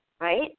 right